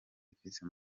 ifise